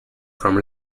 from